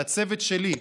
על הצוות שלי,